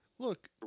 Look